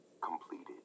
completed